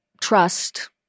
trust